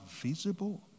visible